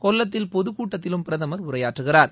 கொல்லத்தில் பொதுக்கூட்டத்திலும் பிரதமர் உரையாற்றுகிறார்